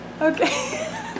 Okay